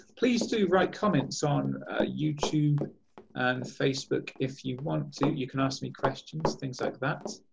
please do write comments on youtube and facebook if you want to. you can ask me questions things like that.